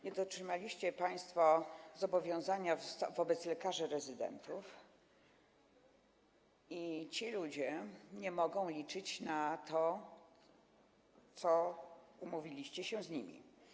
Nie dotrzymaliście państwo zobowiązania wobec lekarzy rezydentów i ci ludzie nie mogą liczyć na to, na co umówiliście się z nimi.